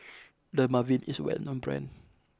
Dermaveen is a well known brand